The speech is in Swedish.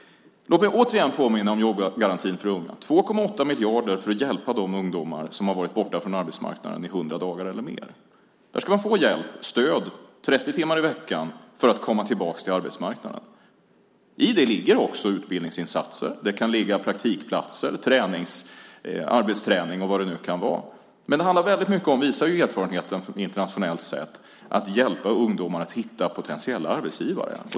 Låt mig återigen påminna om jobbgarantin för unga. Vi har avsatt 2,8 miljarder för att hjälpa de ungdomar som har varit borta från arbetsmarknaden i 100 dagar eller mer. De ska få hjälp och stöd 30 timmar i veckan för att komma tillbaka till arbetsmarknaden. I det ligger också utbildningsinsatser, praktikplatser, arbetsträning och vad det nu kan vara. Erfarenheten internationellt sett visar att det väldigt mycket handlar om att hjälpa ungdomar att hitta potentiella arbetsgivare.